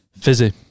fizzy